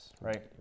right